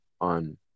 on